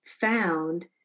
found